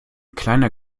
kleiner